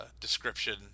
description